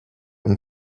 und